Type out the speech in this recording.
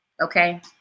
okay